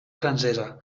francesa